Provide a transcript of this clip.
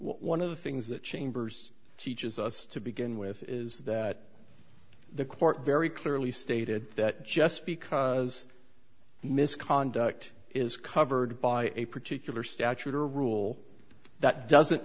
one of the things that chambers teaches us to begin with is that the court very clearly stated that just because misconduct is covered by a particular statute or rule that doesn't